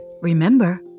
Remember